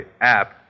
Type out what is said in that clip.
app